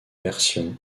versions